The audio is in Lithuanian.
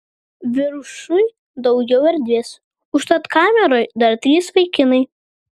viršuj daugiau erdvės užtat kameroje dar trys vaikinai